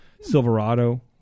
Silverado